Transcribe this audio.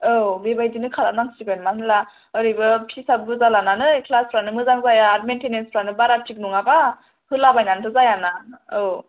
औ बेबायदिनो खालामनांसिगोन मानो होनब्ला ओरैबो फिसा बुरजा लानानै क्लास आनो मोजां जाया आर मेनटेनेन्स फोरानो बारा थिख न'ङाबा होलाबायनान थ' जाया ना औ